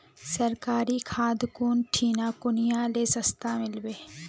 सरकारी खाद कौन ठिना कुनियाँ ले सस्ता मीलवे?